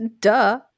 Duh